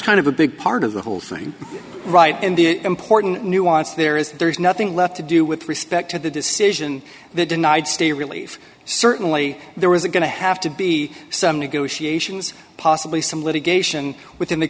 kind of a big part of the whole thing right in the important nuance there is there is nothing left to do with respect to the decision that denied stay relief certainly there was a going to have to be some negotiations possibly some litigation within the